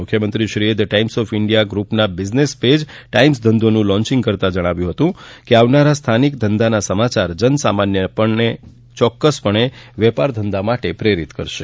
મુખ્યમંત્રીશ્રીએ the Times of India ગૃપના business page Times ધંધોનું લોન્ચીંગ કરતાં જણાવ્યું કે આવનાર સ્થાનિક ધંધાના સમાચાર જનસામાન્યને પણ ચોક્કસ પણે વેપાર ધંધા માટે પ્રેરિત કરશે